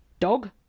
dog.